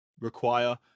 require